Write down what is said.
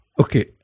Okay